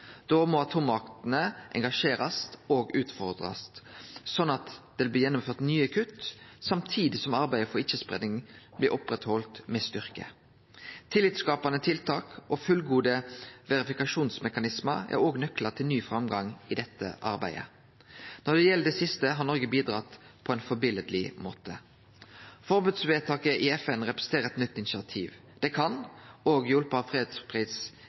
må atommaktene engasjerast og utfordrast, slik at det vil bli gjennomført nye kutt samtidig som arbeidet for ikkje-spreiing blir halde oppe med styrke. Tillitsskapande tiltak og fullgode verifikasjonsmekanismar er òg nøklar til ny framgang i dette arbeidet. Når det gjeld det siste, har Noreg bidratt på ein førebiletleg måte. Forbodsvedtaket i FN representerer eit nytt initiativ. Det kan,